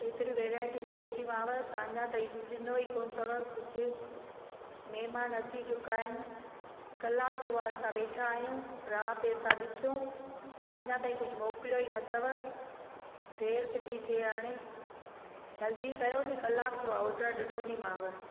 एतिरियूं वेराइटियूं चयूं थी मांव तव्हां अञा ताईं ॾिनो ई कोन अथव कुझु महिमान अची चुका आहिनि कलाकु थियो आहे असां वेठा आहियूं राह पिया था ॾिसूं तव्हां अञा ताईं कुझु मोकिलियो ई न अथव देरि बि थी थिए हाणे जल्दी कयो न कलाकु थियो आहे ऑडर ॾिनो थी मांव